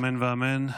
אמן ואמן.